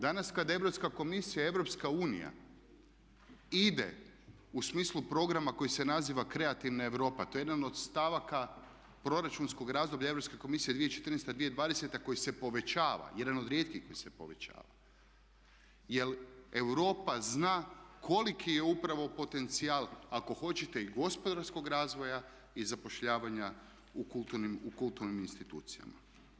Danas kada Europska komisija i Europska unija ide u smislu programa koji se naziva kreativna Europa, to je jedan od stavaka proračunskog razdoblja Europske komisije 2014.-2020. koji se povećava, jedan od rijetkih koji se povećava jer Europa zna koliki je upravo potencijal, ako hoćete i gospodarskog razvoja i zapošljavanja u kulturnim institucijama.